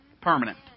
Permanent